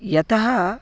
यतः